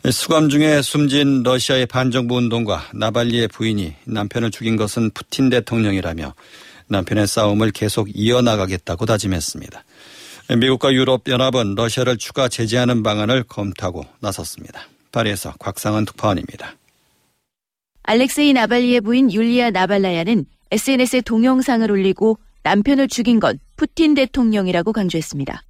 수감 중에 숨진 러시아의 반정부 운동가 나발리의 부인이 남편을 죽인 것은 푸틴 대통령이라며 남편의 싸움을 계속 이어나가겠다고 다짐했습니다. 미국과 유럽연합은 러시아를 추가 제재하는 방안을 검토하고 나섰습니다. 파리에서 곽상은 특파원입니다. 알렉세이 나발리의 부인 율리아 나발라야는 SNS에 동영상을 올리고 남편을 죽인 건 푸틴 대통령이라고 강조했습니다.